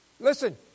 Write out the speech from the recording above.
Listen